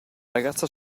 ragazza